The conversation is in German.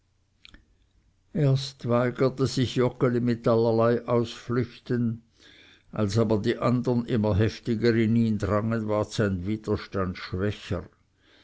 erst weigerte sich joggeli mit allerlei ausflüchten als aber die andern immer heftiger in ihn drangen ward sein widerstand schwächer